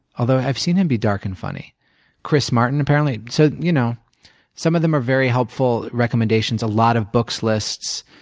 although i've seen him be dark and funny chris martin, apparently. so you know some of them are very helpful recommendations a lot of books lists.